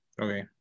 Okay